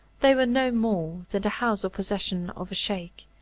they were no more than the house or possession of a sheik,